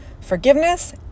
Forgiveness